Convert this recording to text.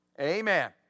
Amen